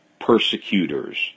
persecutors